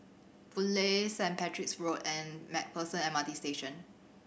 Boon Lay Sanit Patrick's Road and Macpherson M R T Station